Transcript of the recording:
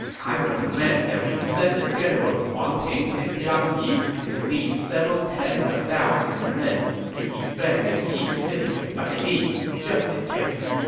i recommend that we send the generals wang ping and zhang yi to lead several tens of thousands of men to defend the key city of baidi, just in case.